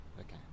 Okay